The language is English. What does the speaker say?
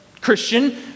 Christian